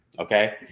Okay